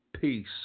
peace